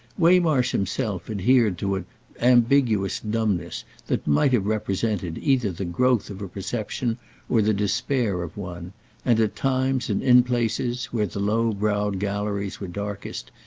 waymarsh himself adhered to an ambiguous dumbness that might have represented either the growth of a perception or the despair of one and at times and in places where the low-browed galleries were darkest,